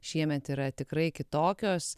šiemet yra tikrai kitokios